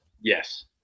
Yes